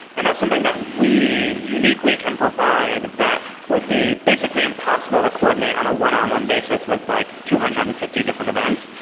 and that's something that we uniquely can provide that would be basically impossible to coordinate on a one-on-one basis with like two hundred and fifty different events.